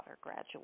graduate